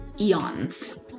eons